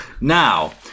now